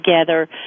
together